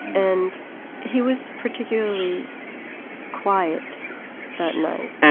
and he was particularly quiet that night